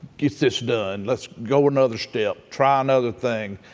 get this done. let's go another step. try another thing.